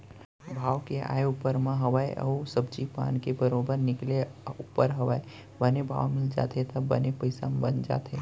भाव के आय ऊपर म हवय अउ सब्जी पान के बरोबर निकले ऊपर हवय बने भाव मिल जाथे त बने पइसा बन जाथे